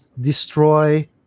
destroy